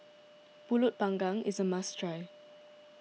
Pulut Panggang is a must try